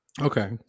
Okay